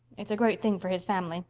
it's a great thing for his family.